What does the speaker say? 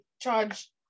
charge